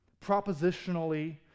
propositionally